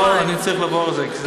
אני צריך לעבור על זה.